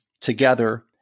together